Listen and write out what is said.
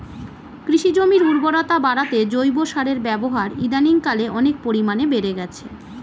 কৃষি জমির উর্বরতা বাড়াতে জৈব সারের ব্যবহার ইদানিংকালে অনেক পরিমাণে বেড়ে গিয়েছে